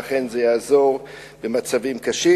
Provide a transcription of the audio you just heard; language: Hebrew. ולכן זה יעזור במצבים קשים.